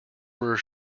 were